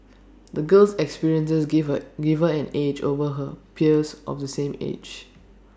the girl's experiences gave her gave her an edge over her peers of the same age